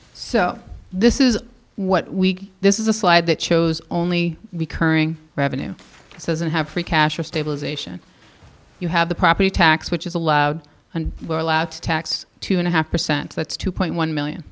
so this is what we this is a slide that shows only we current revenue says and have free cash for stabilization you have the property tax which is allowed and were allowed to tax two and a half percent that's two point one million